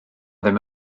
ddim